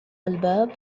الباب